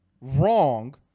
wrong